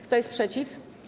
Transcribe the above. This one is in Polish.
Kto jest przeciw?